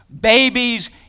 babies